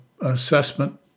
assessment